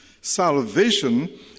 salvation